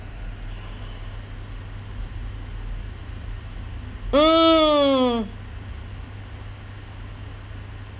mm